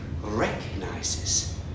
recognizes